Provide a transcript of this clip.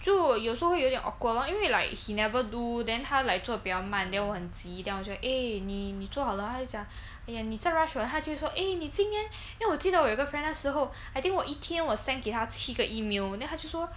就有时候会有点 awkward lor 因为 like he never do then 他 like 做的比较慢 then 我很急 then 我就会 eh 你你做好了吗他就会讲 !aiya! 你在 rush 我啊他就会说 eh 你今天因为我记得我有个 friend 那时候 I think 我一天我 send 给他七个 email then 他就说